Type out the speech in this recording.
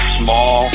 small